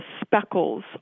speckles